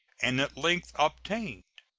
and at length obtained,